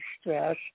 stress